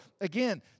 again